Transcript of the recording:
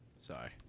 Sorry